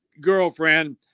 girlfriend